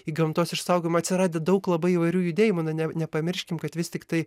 į gamtos išsaugojimą atsiradę daug labai įvairių judėjimų na nepamirškim kad vis tik tai